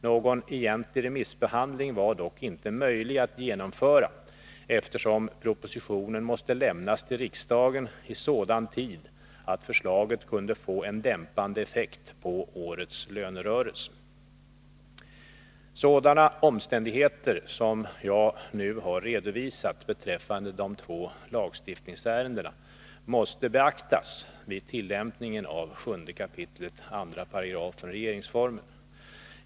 Någon egentlig remissbehandling var dock inte möjlig att genomföra, eftersom propositionen måste lämnas till riksdagen i sådan tid att förslaget kunde få en dämpande effekt på årets lönerörelse. Sådana omständigheter som jag nu har redovisat beträffande de två lagstiftningsärendena måste beaktas vid tillämpningen av 7 kap. 2§ regeringsformen.